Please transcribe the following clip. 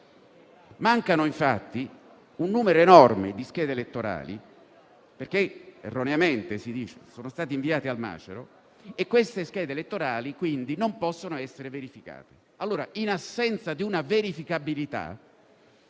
Manca infatti un numero enorme di schede elettorali, perché erroneamente - così si dice - sono state inviate al macero. Queste schede elettorali quindi non possono essere verificate. In assenza della possibilità